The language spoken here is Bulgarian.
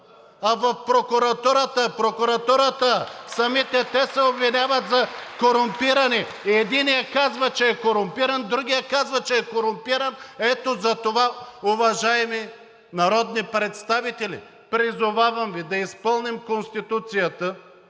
а в прокуратурата, прокуратурата! Самите те се обвиняват за корумпирани – единият казва, че е корумпиран, другият казва, че е корумпиран! Ето затова, уважаеми народни представители, призовавам Ви да изпълним Конституцията